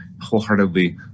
wholeheartedly